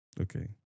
Okay